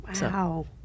Wow